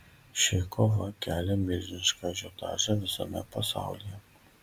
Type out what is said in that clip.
ši kova kelia milžinišką ažiotažą visame pasaulyje